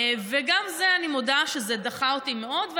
וגם זה, אני מודה שזה דחה אותי מאוד.